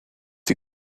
die